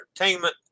entertainment